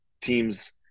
teams